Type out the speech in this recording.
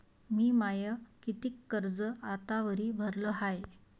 मिन माय कितीक कर्ज आतावरी भरलं हाय?